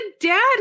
dad